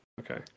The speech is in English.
Okay